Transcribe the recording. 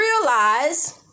realize